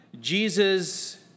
Jesus